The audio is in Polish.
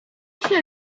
się